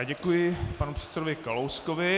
Děkuji panu předsedovi Kalouskovi.